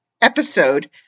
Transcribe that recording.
episode